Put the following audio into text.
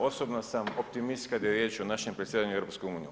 Osobno sam optimist kad je riječ o našem predsjedanjem EU.